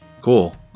Cool